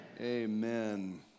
Amen